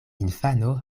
infano